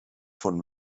von